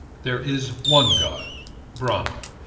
there is one god brahma,